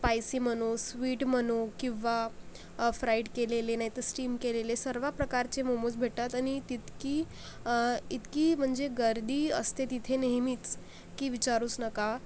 spicy म्हणा sweet म्हणा किंवा फ्राईड केलेले नाहीतर स्टीम केलेले सर्व प्रकारचे मोमोज भेटतात आणि तितकी इतकी म्हंजे गर्दी असते तिथे नेहमीच की विचारूच नका